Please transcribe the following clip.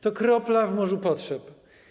To kropla w morzu potrzeb.